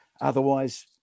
Otherwise